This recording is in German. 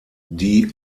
die